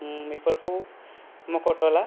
बेफोरखौ मख'थला